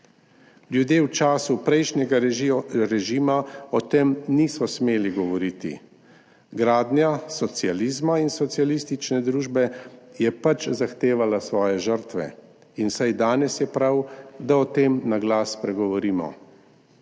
Ljudje v času prejšnjega režima o tem niso smeli govoriti. Gradnja socializma in socialistične družbe je pač zahtevala svoje žrtve in vsaj danes je prav, da o tem na glas spregovorimo.